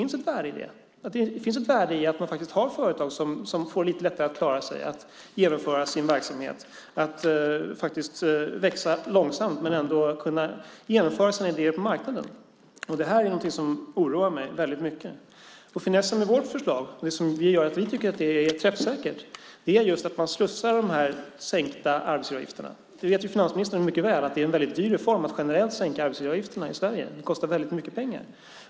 Han verkar inte se något värde i att man faktiskt har företag som får det lite lättare att klara sig och att genomföra sin verksamhet - att växa långsamt och ändå kunna genomföra sina idéer på marknaden. Detta är något som oroar mig väldigt mycket. Finessen med vårt förslag, det som gör att vi tycker att det är träffsäkert, är just att man slussar de här sänkta arbetsgivaravgifterna. Finansministern vet mycket väl att det är en väldigt dyr reform att generellt sänka arbetsgivaravgifterna i Sverige. Det kostar väldigt mycket pengar.